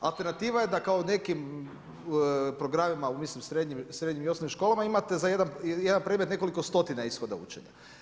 Alternativa je da kao nekim programima u mislim srednjim i osnovnim školama imate za jedan predmet nekoliko stotina ishoda učenja.